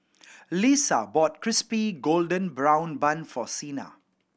Lesa bought Crispy Golden Brown Bun for Sina